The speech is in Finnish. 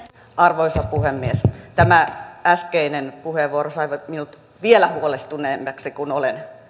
arvoisa puhemies tämä äskeinen puheenvuoro sai minut vielä huolestuneemmaksi kuin olen